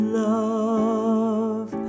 love